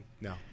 No